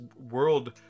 world